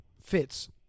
fits